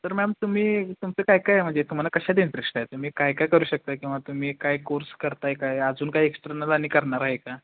तर मॅम तुम्ही तुमचं काय काय म्हणजे तुम्हाला कशात इंटरेस्ट आहे तुम्ही काय काय करू शकता किंवा तुम्ही काय कोर्स करत आहे काय अजून काय एक्सटर्नल आणि करणार आहे का